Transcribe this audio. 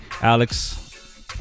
Alex